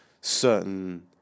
certain